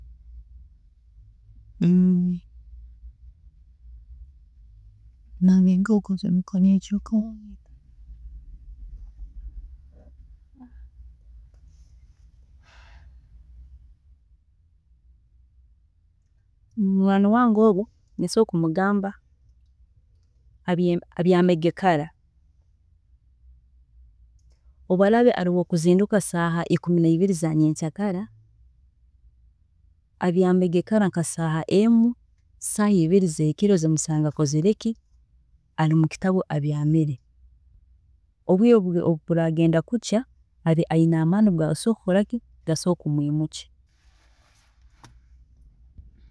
Munywaani wange ogu nsobola kumugamba abyamege kara, obu araaba ari wokuzinduka saaha ikumi nibiri za nyenkya kara, abyamege kara nka saaha emu, saaha ibiri zekiro zimusange akozire ki, ari mukitabu abyamire, obwiire obu buragenda kukya bumusange ayine amaani agokwiimuka